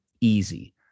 easy